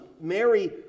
mary